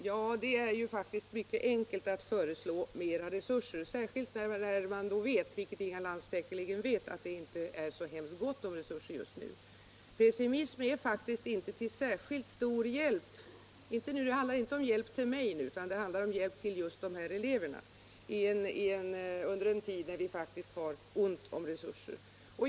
Herr talman! Det är mycket enkelt att föreslå mera resurser, fastän man vet — vilket Inga Lantz säkerligen gör — att det inte är så hemskt gott om resurser just nu. Pessimism är inte till särskilt stor hjälp — det handlar inte om hjälp till mig nu, utan det handlar om hjälp till eleverna —- under en tid då vi faktiskt har ont om resurser.